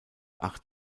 acht